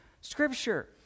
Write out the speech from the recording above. Scripture